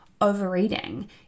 overeating